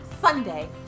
Sunday